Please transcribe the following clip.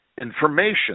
information